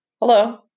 Hello